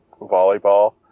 volleyball